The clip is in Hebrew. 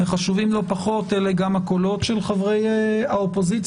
וחשובים לא פחות אלה גם הקולות של חברי האופוזיציה.